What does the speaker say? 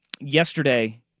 yesterday